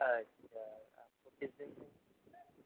اچھا آپ کو کس دن چاہیے